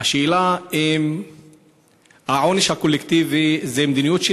השאלה היא אם העונש הקולקטיבי זה מדיניות של